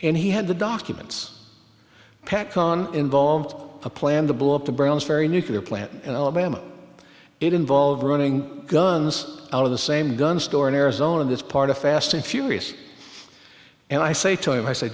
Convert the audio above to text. and he had the documents pack on involved a plan to blow up the browns ferry nuclear plant and alabama it involved running guns out of the same gun store in arizona this part of fast and furious and i say to him i sa